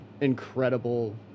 incredible